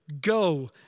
go